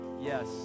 Yes